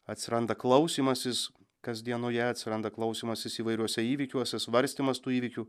atsiranda klausymasis kasdienoje atsiranda klausymasis įvairiuose įvykiuose svarstymas tų įvykių